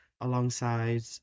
alongside